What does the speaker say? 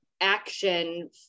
action